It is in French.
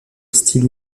style